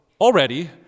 already